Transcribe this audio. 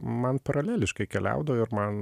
man praleliškai keliaudo ir man